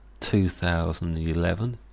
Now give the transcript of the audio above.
2011